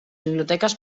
biblioteques